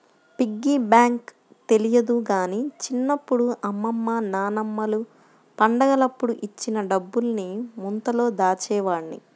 piggy bank తెలియదు గానీ చిన్నప్పుడు అమ్మమ్మ నాన్నమ్మలు పండగలప్పుడు ఇచ్చిన డబ్బుల్ని ముంతలో దాచేవాడ్ని